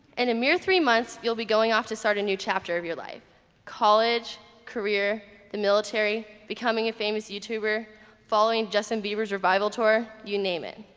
and a mere three months you'll be going off to start a new chapter of your life college career the military becoming a famous youtuber following justin bieber's revival tour. you name it.